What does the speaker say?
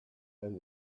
and